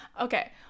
okay